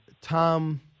Tom